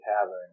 tavern